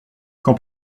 quand